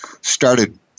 started